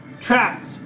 Trapped